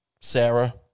Sarah